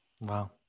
Wow